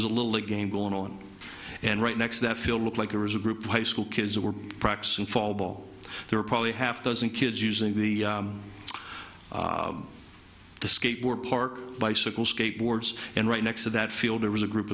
was a little league game going on and right next that field looked like there was a group of high school kids that were practicing fall ball there are probably half dozen kids using the the skateboard park bicycle skateboards and right next to that field there was a group